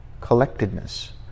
collectedness